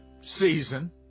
season